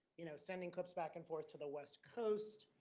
you know, sending cups back and forth to the west coast,